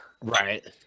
right